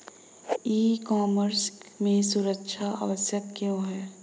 ई commerce में सुरक्षा आवश्यक क्यों है?